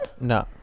No